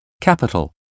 capital